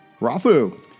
Rafu